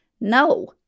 no